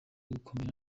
gukomera